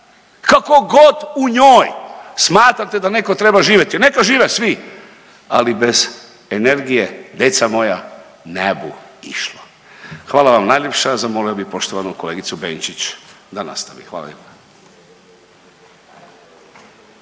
Kako god u njoj smatrate da netko treba živjeti. Neka žive svi, ali bez energije deca moja ne bu išlo. Hvala vam najljepša, zamolio bih poštovanu kolegicu Benčić da nastavi. Hvala